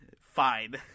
Fine